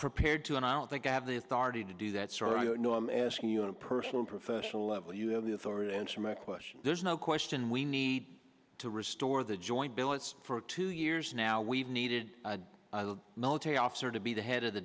prepared to and i don't think i have the authority to do that so i don't know asking you a personal professional level you have the authority to answer my question there's no question we need to restore the joint billets for two years now we've needed a military officer to be the head of the